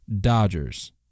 Dodgers